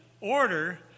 order